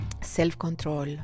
self-control